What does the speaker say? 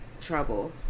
trouble